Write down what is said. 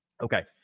Okay